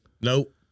Nope